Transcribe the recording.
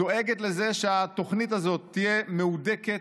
דואגת לזה שהתוכנית הזאת תהיה מהודקת,